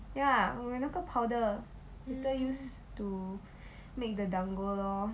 ya 我有那个 powder later use to make the dango lor